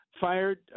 fired